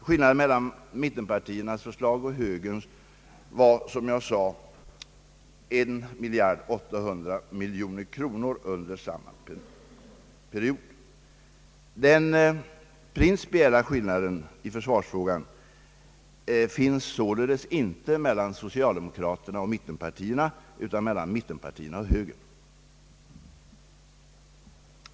Skillnaden mellan mittenpartiernas förslag och högerns var som jag sade 1 800 miljoner kronor under samma period. svarsfrågan är således inte att finna mellan socialdemokraterna och mittenpartierna utan mellan mittenpartierna och högern.